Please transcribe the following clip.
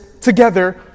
together